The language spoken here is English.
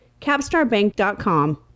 CapstarBank.com